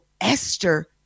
Esther